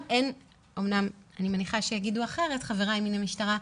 אומנם אני מניחה שיגידו אחרת חבריי מהמשטרה,